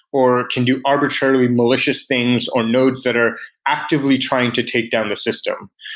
or can do arbitrarily malicious things on nodes that are actively trying to take down the system.